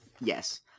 Yes